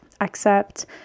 accept